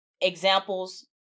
examples